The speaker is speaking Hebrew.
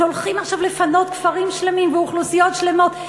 שהולכים עכשיו לפנות כפרים שלמים ואוכלוסיות שלמות,